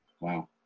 Wow